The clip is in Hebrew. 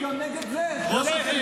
אני יודע.